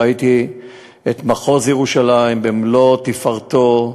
ראיתי את מחוז ירושלים במלוא תפארתו,